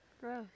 gross